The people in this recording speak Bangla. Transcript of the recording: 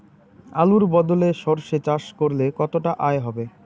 আলুর বদলে সরষে চাষ করলে কতটা আয় হবে?